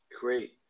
Great